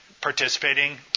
Participating